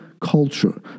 culture